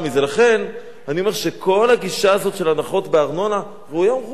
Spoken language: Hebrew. לכן אני אומר שכל הגישה הזאת של הנחות בארנונה ראויה ומכובדת,